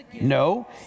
No